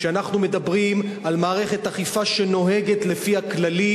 כשאנחנו מדברים על מערכת אכיפה שנוהגת לפי הכללים,